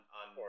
on